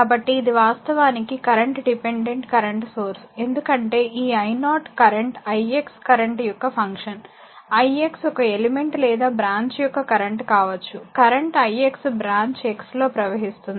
కాబట్టి ఇది వాస్తవానికి కరెంట్ డిపెండెంట్ కరెంట్ సోర్స్ ఎందుకంటే ఈ i0 current i x current యొక్క ఫంక్షన్ i x ఒక ఎలిమెంట్ లేదా బ్రాంచ్ యొక్క కరెంట్ కావచ్చు కరెంట్ ix బ్రాంచ్ x లో ప్రవహిస్తుంది